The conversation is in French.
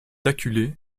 acculé